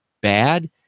bad